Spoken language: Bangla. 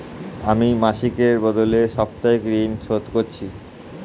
আমি মাসিকের বদলে সাপ্তাহিক ঋন শোধ করছি